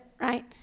right